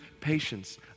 patience